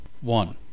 One